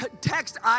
Text